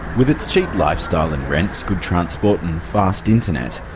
with its cheap lifestyle and rent, good transport and fast internet,